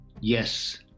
yes